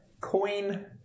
coin